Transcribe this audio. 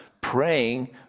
praying